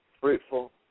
fruitful